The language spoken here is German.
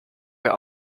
wir